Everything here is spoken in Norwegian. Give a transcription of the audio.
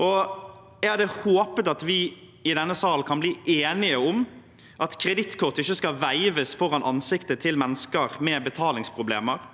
Jeg hadde håpet at vi i denne sal kunne bli enige om at kredittkort ikke skal veives foran ansiktet til mennesker med betalingsproblemer.